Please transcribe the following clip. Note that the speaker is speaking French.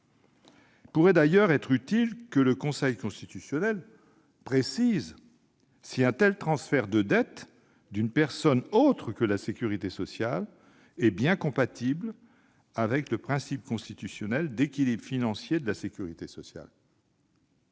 Il pourrait d'ailleurs être utile que le Conseil constitutionnel précise si un tel transfert de dette d'une personne autre que la sécurité sociale est bien compatible avec le principe constitutionnel d'équilibre financier de la sécurité sociale.